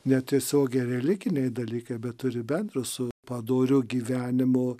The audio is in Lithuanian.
netiesiogiai religiniai dalykai bet turi bendro su padoriu gyvenimu